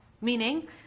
Meaning